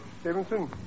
Stevenson